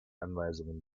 anweisungen